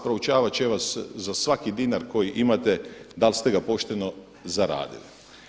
Proučavat će vas za svaki dinar koji imate da li ste ga pošteno zaradili.